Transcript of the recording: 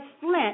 flint